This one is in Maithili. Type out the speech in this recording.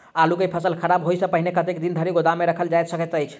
आलु केँ फसल खराब होब सऽ पहिने कतेक दिन धरि गोदाम मे राखल जा सकैत अछि?